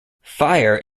fire